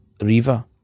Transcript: Riva